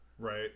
Right